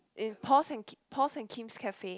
in Paul's and ki~ Paul's and Kim's cafe